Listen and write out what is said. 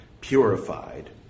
purified